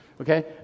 okay